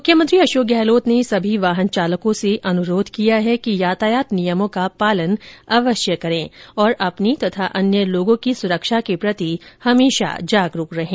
मुख्यमंत्री अशोक गहलोत ने सर्भी वाहन चालकों से अनुरोध किया है कि यातायात नियमों का पालन अवश्य करें और अपनी तथा अन्य लोगों की सुरक्षा के प्रति सदैव जागरूक रहें